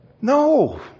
No